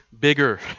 bigger